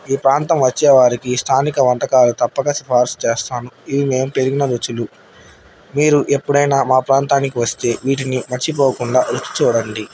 ఈ ప్రాంతం వచ్చేవారికి స్థానిక వంటకాలు తప్పగా సిఫార్సు చేస్తాను ఇవి మేము పెరిగిన రుచులు మీరు ఎప్పుడైనా మా ప్రాంతానికి వస్తే వీటిని మర్చిపోకుండా రుచి చూడండి